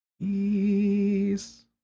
Peace